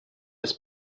des